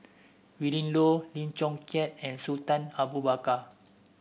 Willin Low Lim Chong Keat and Sultan Abu Bakar